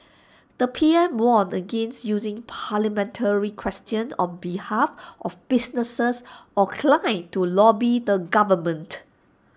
the P M warned against using parliamentary questions on behalf of businesses or clients to lobby the government